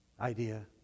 idea